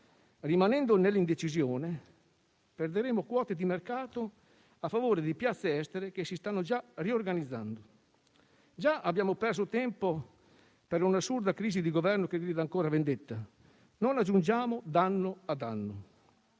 rimanendo nell'indecisione, perderemo quote di mercato a favore di piazze estere che si stanno già riorganizzando. Già abbiamo perso tempo per un'assurda crisi di Governo che grida ancora vendetta; non aggiungiamo danno a danno.